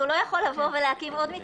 הוא לא יכול להקים עוד מתקן.